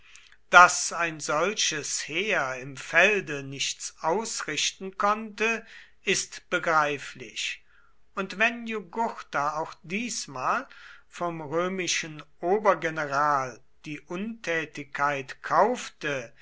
daß ein solches heer im felde nichts ausrichten konnte ist begreiflich und wenn jugurtha auch diesmal vom römischen obergeneral die untätigkeit kaufte